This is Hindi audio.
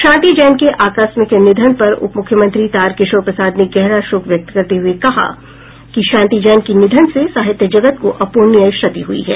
शांति जैन के आकस्मिक निधन पर उप मुख्यमंत्री तारकिशोर प्रसाद ने गहरा शोक प्रकट करते हये कहा कि शांति जैन की निधन से साहित्य जगत को अप्रणीय क्षति हुई है